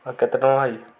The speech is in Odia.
ଆଉ କେତେ ଟଙ୍କା ଭାଇ